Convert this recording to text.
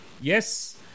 yes